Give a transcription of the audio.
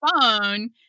phone